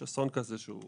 באסון כמו